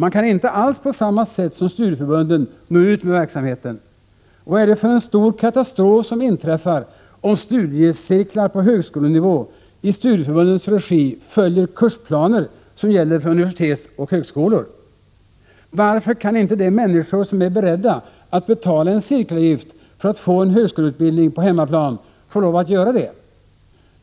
Man kan inte alls på samma sätt som studieförbunden nå ut med verksamheten. Och vad är det för en stor katastrof som inträffar om studiecirklar på högskolenivå i studieförbundens regi följer kursplaner som gäller för universitet och högskolor? Varför kan inte de människor som är beredda att betala en cirkelavgift för att få en högskoleutbildning på hemmaplan få lov att göra det?